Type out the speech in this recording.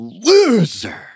Loser